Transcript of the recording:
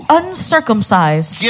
uncircumcised